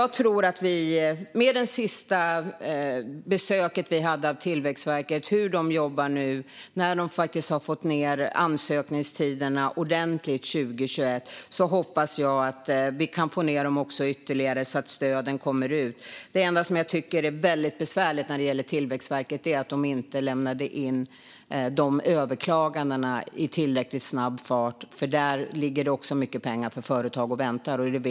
Vid Tillväxtverkets senaste besök i utskottet berättade de hur de jobbar nu, och de har faktiskt kortat ansökningstiderna ordentligt under 2021. Jag hoppas att vi kan korta dem ytterligare, så att stöden kommer ut. Det enda som jag tycker är väldigt besvärligt när det gäller Tillväxtverket är att de inte lämnade in överklagandena tillräckligt snabbt. Där ligger nämligen också mycket pengar och väntar för företag.